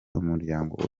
umuryango